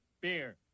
beer